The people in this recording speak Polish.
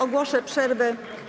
Ogłoszę przerwę.